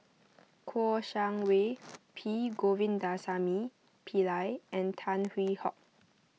Kouo Shang Wei P Govindasamy Pillai and Tan Hwee Hock